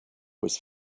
was